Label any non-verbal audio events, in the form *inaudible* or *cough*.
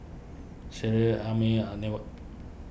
Schley Amir and *unintelligible*